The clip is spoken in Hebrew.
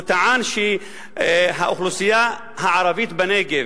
הוא טען שהאוכלוסייה הערבית בנגב,